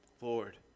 Lord